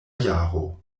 jaro